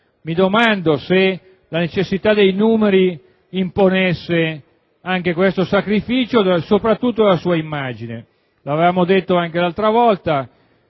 Mi domando se la necessità dei numeri imponesse anche questo sacrificio, soprattutto della sua immagine. Anche la volta